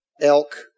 elk